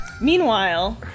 Meanwhile